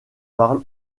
parle